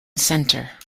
center